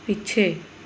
ਪਿੱਛੇ